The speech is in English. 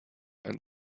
and